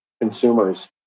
consumers